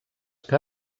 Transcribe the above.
que